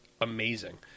amazing